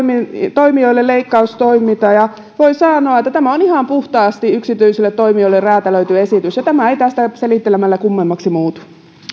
toimijoille leikkaustoiminta voi sanoa että tämä on ihan puhtaasti yksityisille toimijoille räätälöity esitys ja tämä ei tästä selittelemällä kummemmaksi muutu